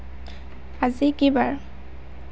আজি কি বাৰ